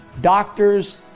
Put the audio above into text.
doctors